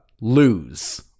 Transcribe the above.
lose